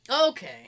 Okay